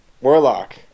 warlock